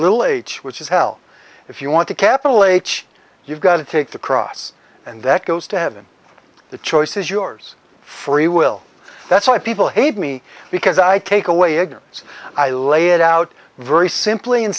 little h which is hell if you want the capital h you've got to take the cross and that goes to heaven the choice is yours free will that's why people hate me because i take away ignorance i lay it out very simply and